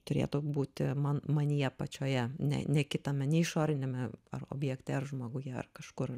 turėtų būti man manyje pačioje ne ne kitame ne išoriniame ar objekte ar žmoguje ar kažkur